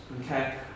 okay